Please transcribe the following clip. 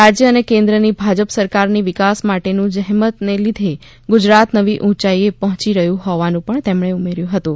રાજય અને કેન્દ્રની ભાજપ સરકારની વિકાસ માટેનું જજેમતને લીધે ગુજરાત નવી ઊંચાઈએ પહોયી રહ્યું હોવાનું પણ તેમણે ઉમેર્યું હતું